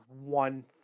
one